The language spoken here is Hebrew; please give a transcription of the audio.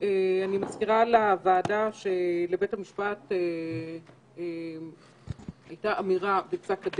ראש השירות באישור יועץ המשפטי לממשלה יקבע כללים